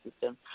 system